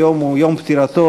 היום הוא יום פטירתו,